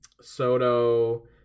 Soto